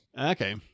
Okay